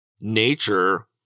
nature